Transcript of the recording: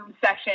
session